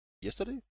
yesterday